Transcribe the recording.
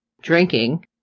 drinking